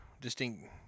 distinct